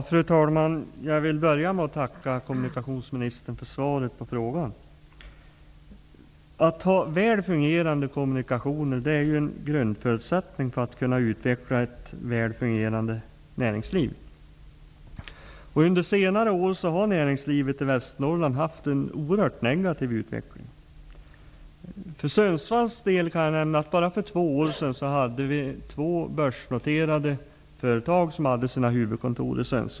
Fru talman! Jag vill börja med att tacka kommunikationsministern för svaret på frågan. Att ha väl fungerande kommunikationer är en grundförutsättning för att kunna utveckla ett väl fungerande näringsliv. Under senare år har näringslivet i Västernorrland haft en oerhört negativ utveckling. För Sundsvalls del kan jag nämna att två börsnoterade företag för två år sedan hade sina huvudkontor där.